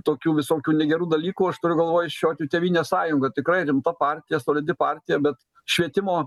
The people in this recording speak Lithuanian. tokių visokių negerų dalykų aš turiu galvoj šiuo atveju tėvynės sąjunga tikrai rimta partija solidi partija bet švietimo